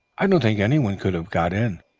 i don't think anyone could have got in.